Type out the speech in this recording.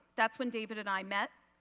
that's when david and i met.